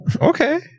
Okay